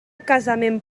casament